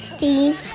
Steve